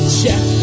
check